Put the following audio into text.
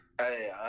hey